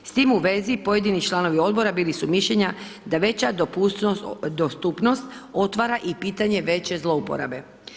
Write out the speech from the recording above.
S tim u vezi pojedini članovi odbora bili su mišljenja da veća dostupnost otvara i pitanje veće zlouporabe.